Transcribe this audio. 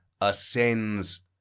ascends